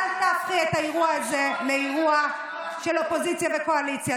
אל תהפכי את האירוע הזה לאירוע של קואליציה ואופוזיציה.